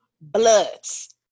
Bloods